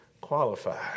qualified